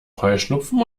heuschnupfen